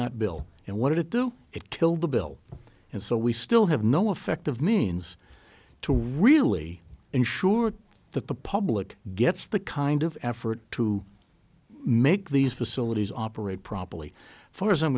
that bill and what it do it kill the bill and so we still have no effective means to really ensure that the public gets the kind of effort to make these facilities operate properly for as i